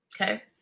okay